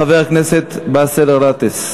חבר הכנסת באסל גטאס.